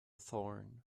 thorn